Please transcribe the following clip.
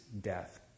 death